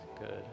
good